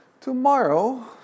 Tomorrow